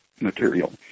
material